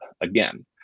again